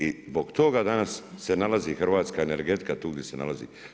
I zbog toga danas se nalazi hrvatska energetika tu gdje se nalazi.